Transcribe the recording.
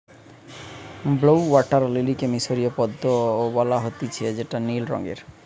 blue water লিলিকে মিশরীয় পদ্ম ও বলা হতিছে যেটা নীল রঙের